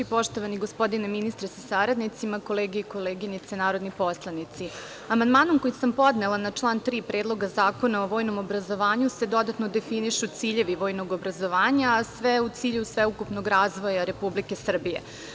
Poštovani gospodine ministre sa saradnicima, kolege i koleginice narodni poslanici, amandmanom koji sam podnela na član 3. Predloga zakona o vojnom obrazovanju se dodatno definišu ciljevi vojnog obrazovanja, a sve u cilju sveukupnog razvoja Republike Srbije.